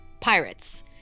Pirates